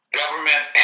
government